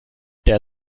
der